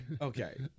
Okay